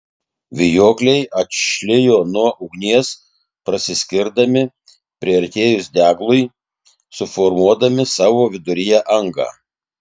vijokliai atšlijo nuo ugnies prasiskirdami priartėjus deglui suformuodami savo viduryje angą